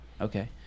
Okay